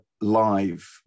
live